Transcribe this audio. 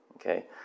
Okay